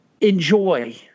Enjoy